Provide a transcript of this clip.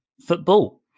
Football